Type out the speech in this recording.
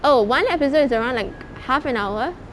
oh one episode is around like half an hour